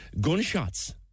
gunshots